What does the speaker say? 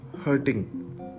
hurting